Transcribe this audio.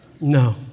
No